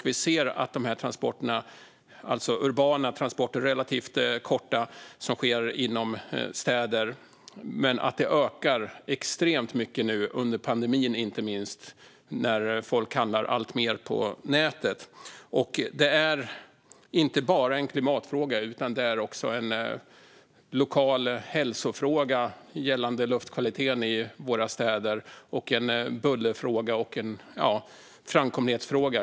Vi ser att de här transporterna, alltså urbana transporter, relativt korta och som sker inom städer, ökar extremt mycket nu, inte minst under pandemin när folk handlar alltmer på nätet. Det är inte bara en klimatfråga, utan det är också en lokal hälsofråga gällande luftkvaliteten i våra städer. Det är också en buller och framkomlighetsfråga.